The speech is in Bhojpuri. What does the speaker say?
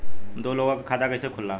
दो लोगक खाता कइसे खुल्ला?